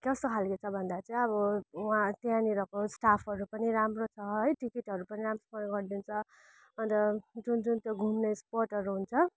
कस्तो खाले छ भन्दा चाहिँ अब वहाँ त्यहाँनिरको स्टाफहरू पनि राम्रो छ है टिकटहरू पनि राम्रोसँगले गरिदिन्छ अन्त जुन जुन त्यो घुम्ने स्पोटहरू हुन्छ